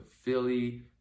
Philly